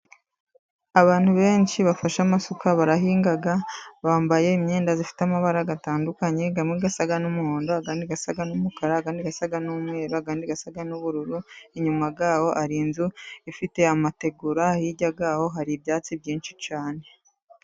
Abantu benshi, bafashe amasuka barahinga bambaye imyenda ifite amabara atandukanye. Amwe asa n'umuhondo , ayandi asa n'umukara ,andi asa n'umweru, andi asa n'ubururu. Inyuma y'aho hari inzu ifite amategura. Hirya yaho, hari ibyatsi byinshi cyane.